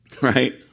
right